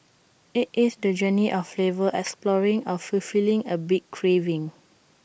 IT is the journey of flavor exploring or fulfilling A big craving